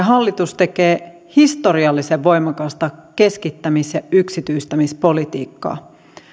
hallitus tekee historiallisen voimakasta keskittämis ja yksityistämispolitiikkaa